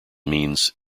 means